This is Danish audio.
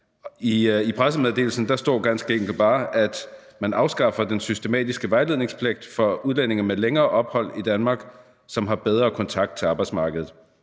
I pressemeddelelsen står der ganske enkelt bare, at man afskaffer den systematiske vejledningspligt for udlændinge med længere ophold i Danmark, som har bedre kontakt til arbejdsmarkedet.